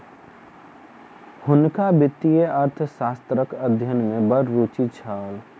हुनका वित्तीय अर्थशास्त्रक अध्ययन में बड़ रूचि छल